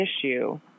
issue